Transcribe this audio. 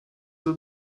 will